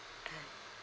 ah